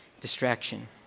distraction